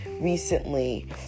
recently